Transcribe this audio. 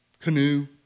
canoe